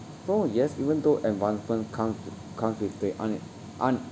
oh yes even though advancement come come with the un~ un~